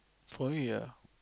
for you ya